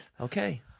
okay